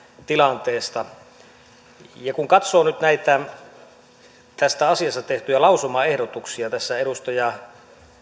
tilanteesta kun katsoo nyt tästä asiasta tehtyjä lausumaehdotuksia niin edustaja